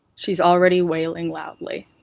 she's already wailing loudly.